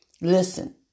Listen